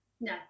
No